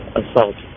assault